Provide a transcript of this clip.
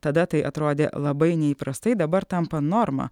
tada tai atrodė labai neįprastai dabar tampa norma